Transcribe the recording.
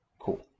Cool